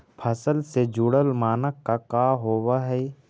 फसल से जुड़ल मानक का का होव हइ?